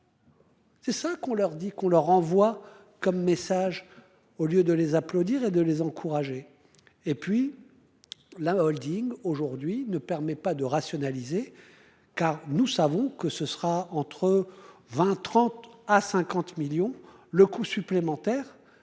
C'est ça qu'on leur dit qu'on leur envoie comme message au lieu de les applaudir et de les encourager et puis. La Holding aujourd'hui ne permet pas de rationaliser. Car nous savons que ce sera entre 20, 30 à 50 millions le coût supplémentaire